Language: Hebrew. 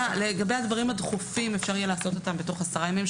לגבי הדברים הדחופים אפשר יהיה לעשות אותם בתוך 10 ימים,